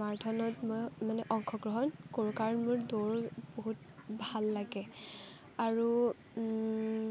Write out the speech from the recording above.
মাৰাথানত মই মানে অংশগ্ৰহন কৰোঁ কাৰণ মোৰ দৌৰ বহুত ভাল লাগে আৰু